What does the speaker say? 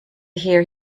hear